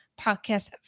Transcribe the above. podcast